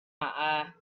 eye